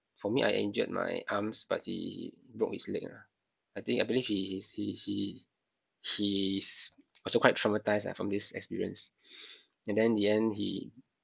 for me I injured my arms but he broke his leg ah I think I believe he he's he he he is also quite traumatised lah from this experience and then the end he